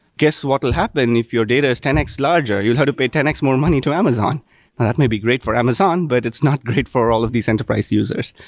guess what will happen if your data is ten x larger you'll have to pay ten x more money to amazon, and that might be great for amazon, but it's not great for all of these enterprise users.